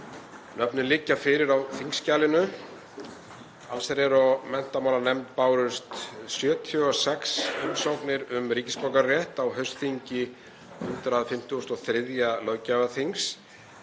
Nöfnin liggja fyrir á þingskjalinu. Allsherjar- og menntamálanefnd bárust 76 umsóknir um ríkisborgararétt á haustþingi 153. löggjafarþings.